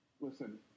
Listen